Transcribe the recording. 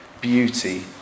beauty